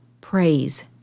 praise